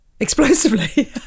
Explosively